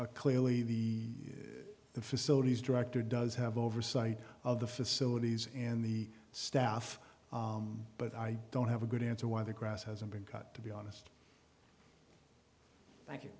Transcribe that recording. clearly the the facilities director does have oversight of the facilities and the staff but i don't have a good answer why the grass hasn't been cut to be honest